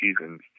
seasons